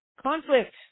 conflict